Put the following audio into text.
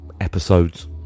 episodes